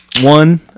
one